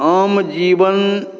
आम जीवन